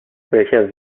welcher